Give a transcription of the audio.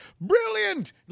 brilliant